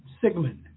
Sigmund